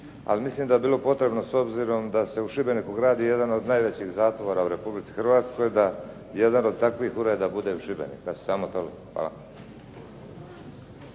ali mislim da bi bilo potrebno s obzirom da se u Šibeniku gradi jedan od najvećih zatvora u REpublici Hrvatskoj, mislim da jedan od takvih ureda bude u Šibeniku. Evo samo toliko. Hvala.